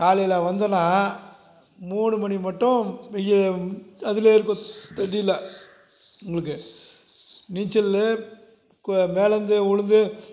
காலையில் வந்தோனால் மூணு மணி முட்டும் வெய்யல் அதிலே இருக்கோம் தண்ணியில் உங்களுக்கு நீச்சல் மேலருந்து உழுந்து